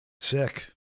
Sick